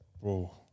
bro